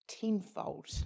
tenfold